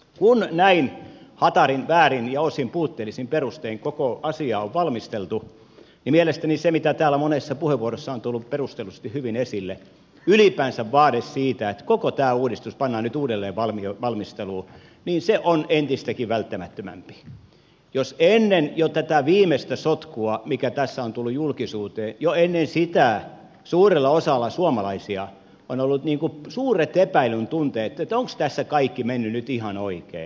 kun näin hatarin väärin ja osin puutteellisin perustein koko asiaa on valmisteltu niin mielestäni se mitä täällä monessa puheenvuorossa on tullut perustellusti hyvin esille ylipäänsä vaade siitä että koko tämä uudistus pannaan nyt uudelleen valmisteluun on entistäkin välttämättömämpi jos jo ennen tätä viimeistä sotkua mikä tässä on tullut julkisuuteen jo ennen sitä suurella osalla suomalaisia on ollut suuret epäilyn tunteet että onkos tässä kaikki mennyt nyt ihan oikein